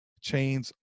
chains